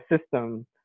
system